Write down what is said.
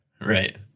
Right